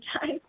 time